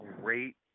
great